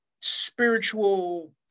spiritual